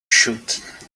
should